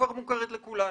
שכבר מוכרת לכולנו,